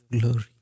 glory